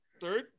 Third